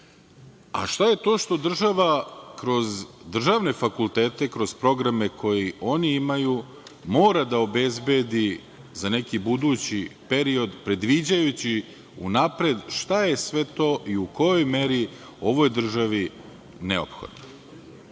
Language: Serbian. a šta je to što održava kroz državne fakultete, kroz programe koje oni imaju mora da obezbedi za neki budući period predviđajući unapred šta je sve to i u kojoj meri ovoj državi neophodno.